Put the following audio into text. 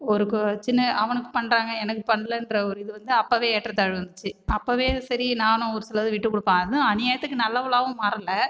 ஒரு சின்ன அவனுக்கு பண்ணுறாங்க எனக்கு பண்ணலன்ற ஒரு இது வந்து அப்போவே ஏற்றத்தாழ்வு இருந்துச்சு அப்போவே சரி நானு ஒருசிலது விட்டுக்கொடுப்ப அதுவும் அநியாயத்துக்கு நல்லவளாகவும் மாறலை